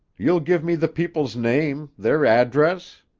you'll give me the people's name, their address.